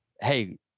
hey